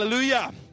hallelujah